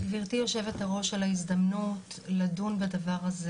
גברתי יושבת הראש, על ההזדמנות לדון בדבר הזה